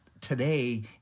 today